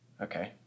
Okay